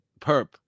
perp